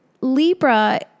Libra